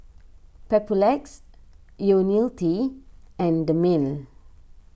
Papulex Ionil T and Dermale